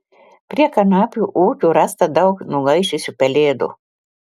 prie kanapių ūkių rasta daug nugaišusių pelėdų